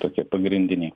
tokie pagrindiniai